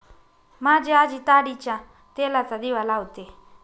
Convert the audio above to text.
माझी आजी ताडीच्या तेलाचा दिवा लावते